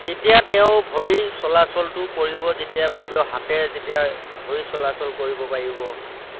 তেতিয়া তেওঁ ভৰিৰ চলাচলটো কৰিব যেতিয়া বাবেও হাতে যেতিয়া ভৰি চলাচল কৰিব পাৰিব